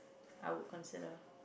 I would consider